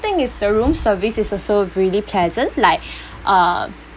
thing is the room service is also really pleasant like uh